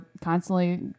constantly